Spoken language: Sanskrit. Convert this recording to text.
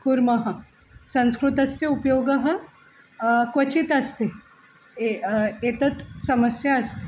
कुर्मः संस्कृतस्य उपयोगः क्वचित् अस्ति ए एतत् समस्या अस्ति